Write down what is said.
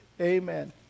Amen